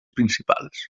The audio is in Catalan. principals